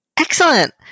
Excellent